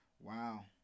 Wow